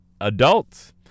adults